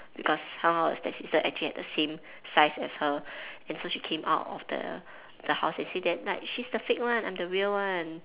because somehow the stepsister actually had the same size as her and so she came out of the the house and said that like she's the fake one I'm the real one